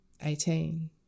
Eighteen